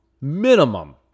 minimum